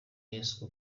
yesu